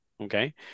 Okay